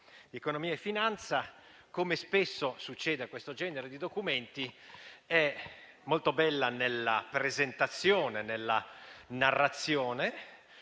economia e finanza, come spesso succede a questo genere di documenti, è molto bella nella presentazione, nella narrazione